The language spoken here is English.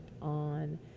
on